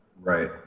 Right